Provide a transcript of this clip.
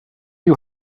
you